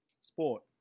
Sport